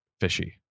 fishy